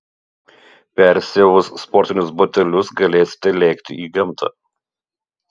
persiavus sportinius batelius galėsite lėkti į gamtą